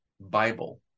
Bible